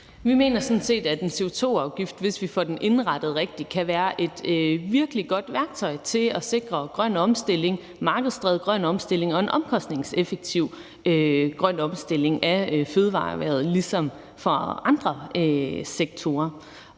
Jeg synes sådan set, at en CO2-afgift, hvis vi får den indrettet rigtigt, kan være et virkelig godt værktøj til at sikre en markedsdrevet grøn omstilling og en omkostningseffektiv grøn omstilling af fødevareerhvervet, ligesom det gælder for andre sektorer.